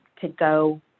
to-go